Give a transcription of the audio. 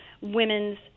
women's